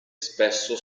spesso